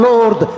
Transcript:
Lord